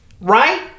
Right